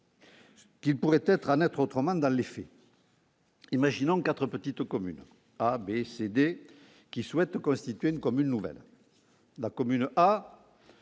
qu'il pourrait en être autrement dans les faits. Imaginons quatre petites communes A, B, C et D qui souhaitent constituer une commune nouvelle. La commune A